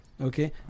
Okay